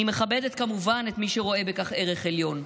אני מכבדת כמובן את מי שרואה בכך ערך עליון,